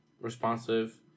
responsive